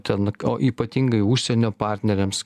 ten o ypatingai užsienio partneriams